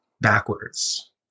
backwards